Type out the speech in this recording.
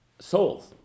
souls